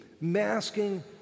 masking